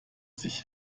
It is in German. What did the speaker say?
sich